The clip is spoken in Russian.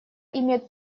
имеет